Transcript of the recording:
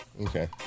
Okay